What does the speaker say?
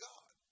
God